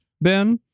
Ben